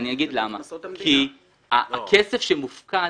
כי הכסף שמופקד,